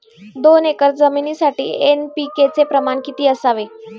दोन एकर जमिनीसाठी एन.पी.के चे प्रमाण किती असावे?